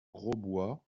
grosbois